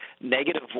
negative